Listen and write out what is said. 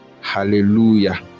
Hallelujah